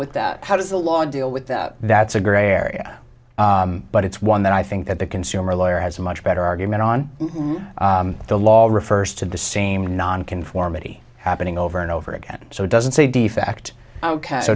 with that how does the law deal with that that's a gray area but it's one that i think that the consumer lawyer has a much better argument on the law refers to the same nonconformity happening over and over again so it doesn't say defect ok